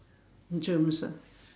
germs ah